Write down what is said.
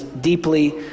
deeply